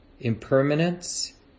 impermanence